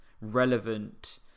relevant